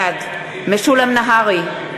בעד משולם נהרי,